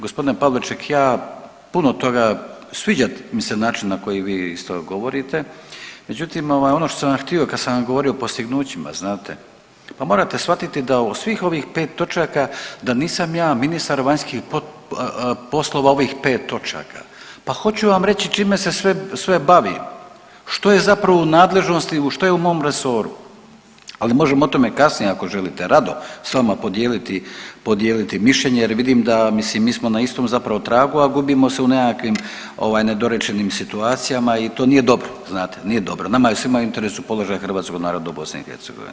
Gospodine Pavliček, ja puno toga, sviđa mi se način na koji vi isto govorite, međutim ovaj ono što sam vam htio kad sam vam govorio o postignućima znate, pa morate shvatiti da u svih ovih 5 točaka da nisam ja ministar vanjskih poslova ovih 5 točaka, pa hoću vam reći čime se sve, sve bavim, što je zapravo u nadležnosti i što je u mom resoru, ali možemo o tome kasnije ako želite rado s vama podijeliti, podijeliti mišljenje jer vidim da mislim mi smo na istom zapravo tragu, a gubimo se u nekakvim ovaj nedorečenim situacijama i to nije dobro, znate nije dobro, nama je svima u interesu položaj hrvatskog naroda u BiH.